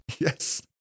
Yes